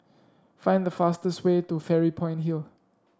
find the fastest way to Fairy Point Hill